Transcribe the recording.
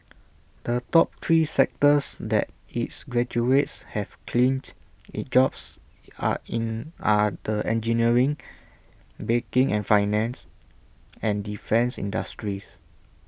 the top three sectors that its graduates have clinched the jobs are in are the engineering banking and finance and defence industries